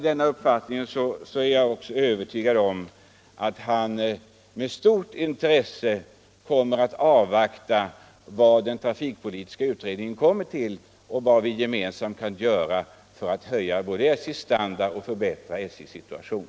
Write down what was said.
Men jag är övertygad om att han med stort intresse avvaktar vad trafikpolitiska utredningen kommer fram till och vad vi då gemensamt kan göra för att höja SJ:s standard och förbättra SJ:s situation.